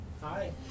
Hi